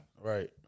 Right